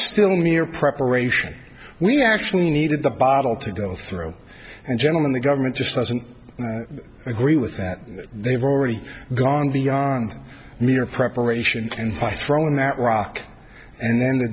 still near preparation we actually needed the bottle to go through and gentlemen the government just doesn't agree with that they've already gone beyond mere preparation and potro in that rock and then the